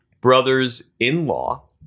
brothers-in-law